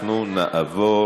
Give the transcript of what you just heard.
אנחנו נעבור